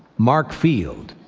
marc field,